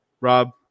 Rob